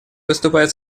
выступает